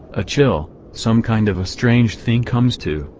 a chill, some kind of a strange thing comes to,